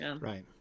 Right